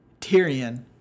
Tyrion